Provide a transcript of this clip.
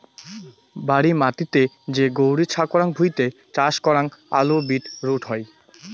বাড়ি মাটিতে যে গৈরী ছা করাং ভুঁইতে চাষ করাং আলু, বিট রুট হই